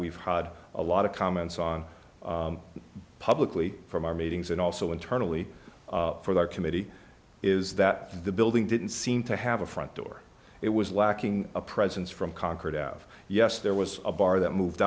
we've had a lot of comments on publicly from our meetings and also internally for our committee is that the building didn't seem to have a front door it was lacking a presence from concord out of yes there was a bar that moved